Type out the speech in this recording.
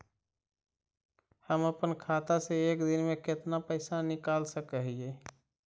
हम अपन खाता से एक दिन में कितना पैसा निकाल सक हिय?